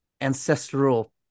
ancestral